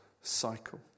cycle